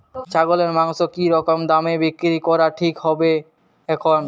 ছাগলের মাংস কী রকম দামে বিক্রি করা ঠিক হবে এখন?